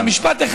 הסתיים הזמן.